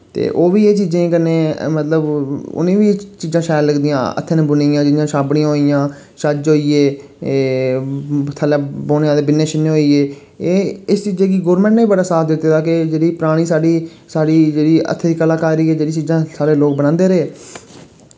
ते ओह् बी एह् चीजें कन्नै मतलब उ'नें बी चीजां शैल लगदियां हत्थें नै बुनी दियां जि'यां छाब्बड़ियां होई गेइयां छज्ज होई गे ए थल्लै बौह्ने आह्ले बिन्ने शिन्ने होई गे एह् इस चीजै गी गोरमैंट नै बड़ा साथ दित्ते दा कि जेह्ड़ी परानी साढ़ी साढ़ी जेह्ड़ी हत्थै दी कलाकारी जेह्ड़ी चीजां साढ़े लोक बनांदे रेह्